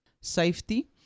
safety